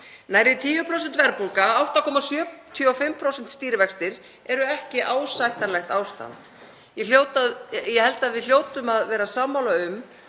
Nærri 10% verðbólga og 8,75% stýrivextir eru ekki ásættanlegt ástand og ég held að við hljótum að vera sammála um